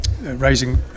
raising